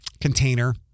container